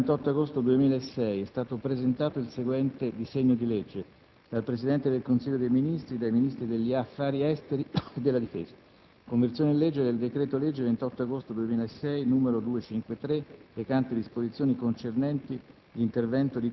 In data 28 agosto 2006 e` stato presentato il seguente disegno di legge: dal Presidente del Consiglio dei ministri, dai Ministri degli affari esteri e della difesa «Conversione in legge del decreto-legge 28 agosto 2006, n. 253, recante disposizioni concernenti